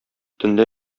төнлә